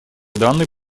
данный